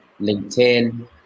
LinkedIn